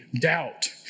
doubt